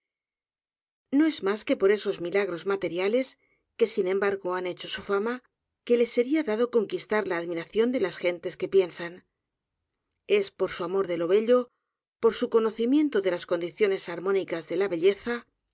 no es más que por esos milagros materiales que sin embargo han hecho su fama que le sería dado conquistar la admiración de las gentes que p i e n s a n es por su amor de lo bello por su conocimiento de las condiciones armónicas de la belleza